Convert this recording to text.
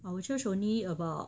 our church only about